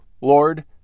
Lord